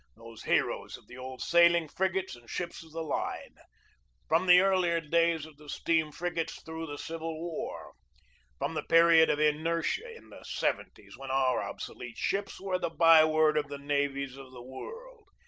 those heroes of the old sailing-frigates and ships of the line from the earlier days of the steam frigates through the civil war from the period of inertia in the seventies, when our obsolete ships were the byword of the navies of the world,